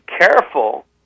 careful